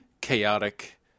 chaotic